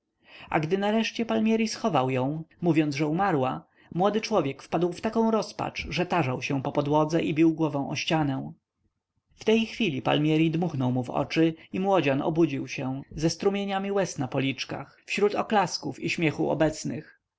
a gdy nareszcie palmieri schował ją mówiąc że umarła młody człowiek wpadł w taką rozpacz że tarzał się po podłodze i bił głową o ścianę w tej chwili palmieri dmuchnął mu w oczy i młodzian obudził się ze strumieniami łez na policzkach wśród oklasków i śmiechu obecnych